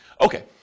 Okay